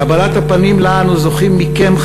קבלת הפנים שלה אנו זוכים מכם,